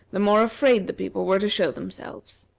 the more afraid the people were to show themselves.